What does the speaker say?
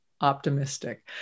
optimistic